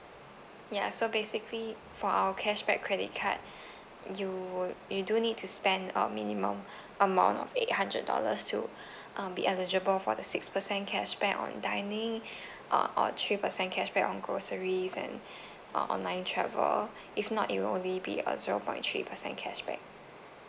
ya so basically for our cashback credit card you would you do need to spend a minimum amount of eight hundred dollars to um be eligible for the six percent cashback on dining uh or three percent cashback on groceries and uh online travel if not it will only be a zero point three percent cashback